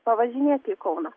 pavažinėti į kauną